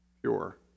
pure